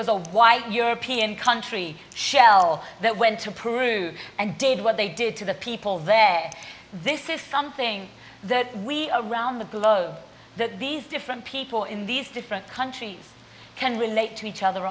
was a white european country shell that went to peru and did what they did to the people there this is something that we around the globe that these different people in these different countries can relate to each other